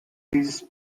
this